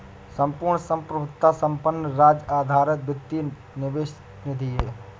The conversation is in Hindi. संपूर्ण संप्रभुता संपन्न राज्य आधारित वित्तीय निवेश निधि है